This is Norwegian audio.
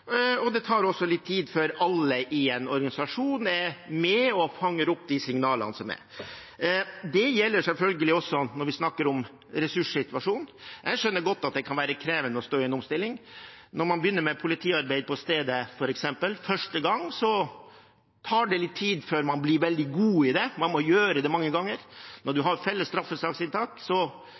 Det tar også litt tid før alle i en organisasjon er med og fanger opp signalene. Det gjelder selvfølgelig også når vi snakker om ressurssituasjonen. Jeg skjønner godt at det kan være krevende å stå i en omstilling. Når man f.eks. begynner med politiarbeid på stedet for første gang, tar det litt tid før man blir veldig god i det. Man må gjøre det mange ganger. Når man har felles straffesaksinntak, er det ikke så